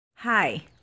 Hi